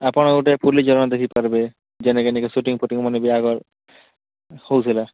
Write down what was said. ଆପଣ ଗୋଟେ ପୁଲି ଜାଗା ଦେଖିପାରିବେ ଯେନେକେ ନେଇକେ ସୁଟିଂଫୁଟିଂ ମାନେ ଆଗର୍ ହଉଥିଲା